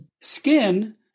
skin